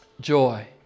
joy